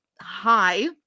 hi